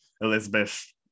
Elizabeth